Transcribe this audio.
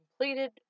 completed